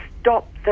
stop